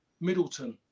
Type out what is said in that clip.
Middleton